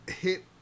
hit